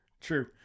true